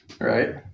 right